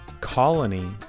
colony